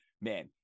man